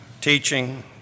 teaching